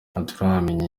ntituramenya